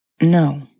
No